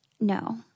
No